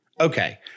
Okay